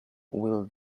will